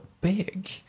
big